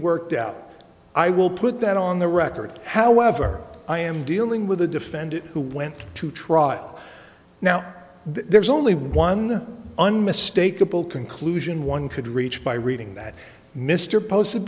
worked out i will put that on the record however i am dealing with a defendant who went to trial now there's only one unmistakable conclusion one could reach by reading that mr posed